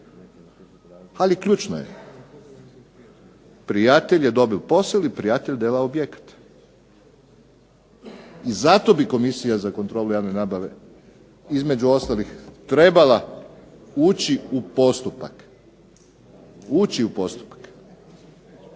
ali ključno je, prijatelj je dobil posel i prijatelj dela objekat. Zato bi Komisija za kontrolu javne nabave između ostalih trebala ući u postupak. Nadalje…